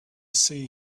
see